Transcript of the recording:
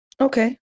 Okay